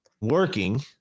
working